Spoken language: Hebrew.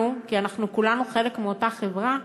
אנחנו, כי אנחנו כולנו חלק מאותה חברה,